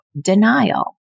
denial